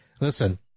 listen